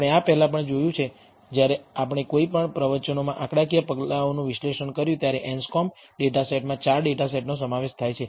આપણે આ પહેલાં પણ જોયું છે જ્યારે આપણે કોઈ પણ પ્રવચનોમાં આંકડાકીય પગલાઓનું વિશ્લેષણ કર્યું ત્યારે એન્સ્કોમ્બ ડેટા સેટમાં 4 ડેટા સેટનો સમાવેશ થાય છે